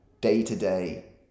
day-to-day